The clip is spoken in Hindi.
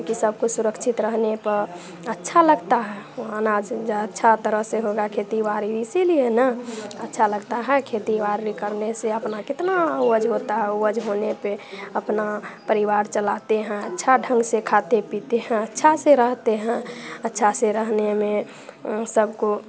कि सबको सुरक्षित रहने पर अच्छा लगता है वो अनाज ज अच्छा तरह से होगा खेती बाड़ी इसीलिए ना अच्छा लगता है खेती बाड़ी करने से अपना कितना ओज होता है ओज होने पे अपना परिवार चलाते हैं अच्छा ढंग से खाते पीते हैं अच्छा से रहते हैं अच्छा से रहने में सबको